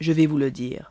je vais vous le dire